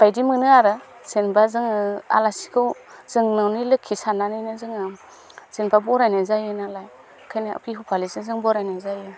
बायदि मोनो आरो जेनेबा जोङो आलासिखौ जों न'नि लोखि सान्नानैनो जोङो जेनेबा बरायनाय जायोनालाय ओंखायनो बिहु फालिजों जों बरायनाय जायो